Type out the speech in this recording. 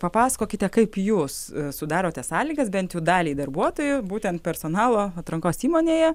papasakokite kaip jūs sudarote sąlygas bent jau daliai darbuotojų būtent personalo atrankos įmonėje